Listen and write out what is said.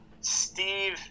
Steve